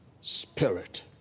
Spirit